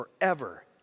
forever